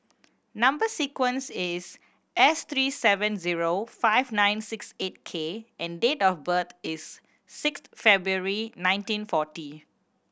number sequence is S three seven zero five nine six eight K and date of birth is six February nineteen forty